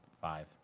Five